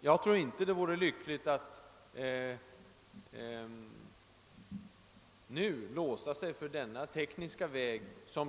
Jag tror inte det vore lyckligt att nu låsa sig för den tekniska väg som reservanterna förordar.